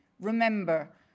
Remember